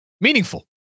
meaningful